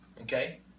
Okay